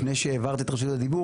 לפני שהעברת את רשות הדיבור,